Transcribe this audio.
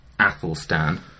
Athelstan